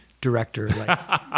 director